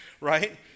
right